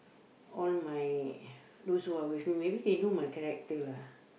all my those who are with maybe they know my character lah